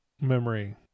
memory